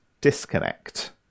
disconnect